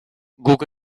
guk